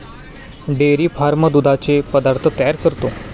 dairy farm दुधाचे पदार्थ तयार करतो